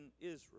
Israel